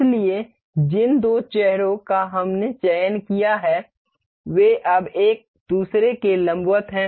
इसलिए जिन दो चेहरों का हमने चयन किया वे अब एक दूसरे के लंबवत हैं